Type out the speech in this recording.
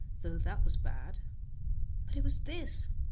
though that was bad but it was this,